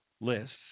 lists